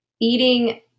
eating